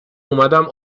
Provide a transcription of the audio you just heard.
اومدم